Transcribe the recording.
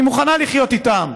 אני מוכנה לחיות איתם,